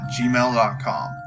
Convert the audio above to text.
gmail.com